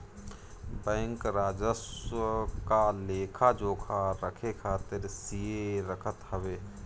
bank राजस्व क लेखा जोखा रखे खातिर सीए रखत हवे